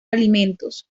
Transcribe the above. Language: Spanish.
alimentos